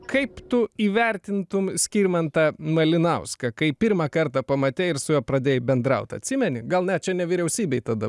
kaip tu įvertintum skirmantą malinauską kai pirmą kartą pamatei ir su juo pradėjai bendraut atsimeni gal čia net vyriausybėj tada